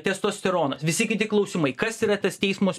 testosteronas visi kiti klausimai kas yra tas teismo